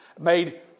made